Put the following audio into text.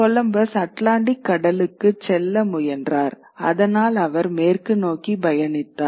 Columbus Atlantic கடலுக்குச் செல்ல முயன்றார் அதனால் அவர் மேற்கு நோக்கி பயணித்தார்